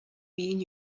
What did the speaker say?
mean